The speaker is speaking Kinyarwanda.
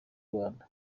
rwanda